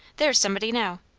there's somebody now!